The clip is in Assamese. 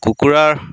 কুকুৰাৰ